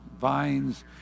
vines